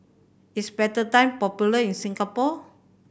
is Betadine popular in Singapore